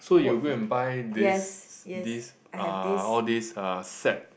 so you go and buy this this uh all this uh set